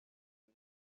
این